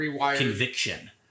conviction